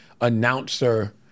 announcer